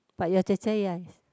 but your 姐姐：jie jie yes